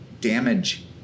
damage